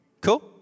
Cool